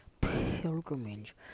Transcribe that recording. pilgrimage